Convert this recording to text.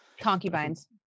concubines